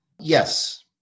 Yes